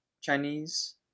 Chinese